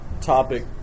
topic